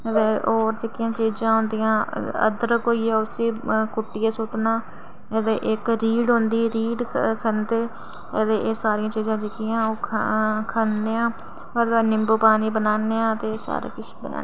ते होर जेह्कियां चीज़ां होंदियां ते अदरक होई गेआ उसी कुट्टियै सुट्टना ते इक रेह्ड़ होंदी ते रेह्ड़ खंदे ते एह् सारियां चीज़ां ओ् जेह्कियां खंदे ते ओह्दे बाद नींबू पानी बनान्ने आं ते सारा किश बनान्ने आं